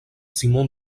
simon